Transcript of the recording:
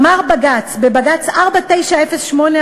אמר בג"ץ בבג"ץ 4908/10: